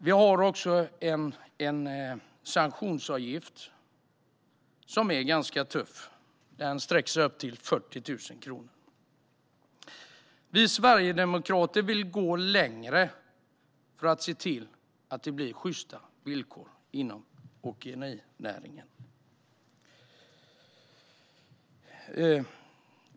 Vi har också en sanktionsavgift som är ganska tuff och som sträcker sig upp till 40 000 kronor. Vi sverigedemokrater vill gå längre för att se till att det blir sjysta villkor inom åkerinäringen.